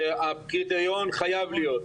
שקריטריון חייב להיות,